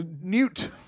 Newt